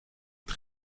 het